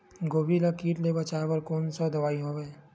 गोभी ल कीट ले बचाय बर कोन सा दवाई हवे?